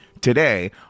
today